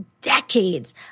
decades